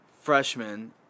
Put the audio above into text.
freshman